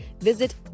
visit